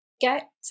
get